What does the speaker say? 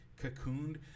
cocooned